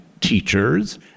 teachers